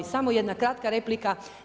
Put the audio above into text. Samo jedna kratka replika.